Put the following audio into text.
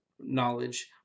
knowledge